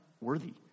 worthy